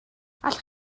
allwch